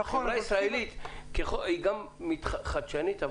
החברה הישראלית חדשנית,